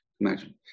Imagine